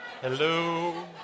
Hello